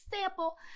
sample